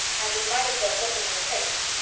and we might as well look it in the face.